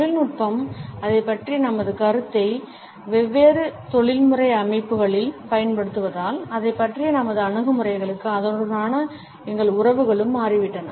தொழில்நுட்பம் அதைப் பற்றிய நமது கருத்தை வெவ்வேறு தொழில்முறை அமைப்புகளில் பயன்படுத்துவதால் அதைப் பற்றிய நமது அணுகுமுறைகளும் அதனுடனான எங்கள் உறவுகளும் மாறிவிட்டன